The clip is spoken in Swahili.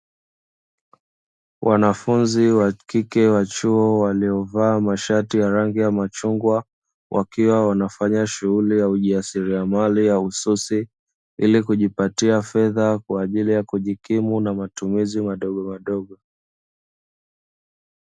Wanafunzi wa kike wa chuo, waliovaa mashati ya rangi ya machungwa ,wakiwa wanafanya shughuli ya ujasiriamali ya ususi, ili kujipatia fedha kwa ajili ya kujikimu na matumizi madogomadogo.